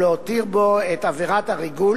להותיר בו את עבירות הריגול